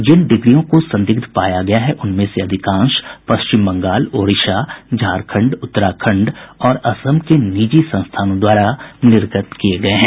जिन डिग्रियों को संदिग्ध पाया गया है उनमें से अधिकांश पश्चिम बंगाल ओडिशा झारंखड उत्तराखंड और असम के निजी संस्थानों द्वारा निर्गत किये गये हैं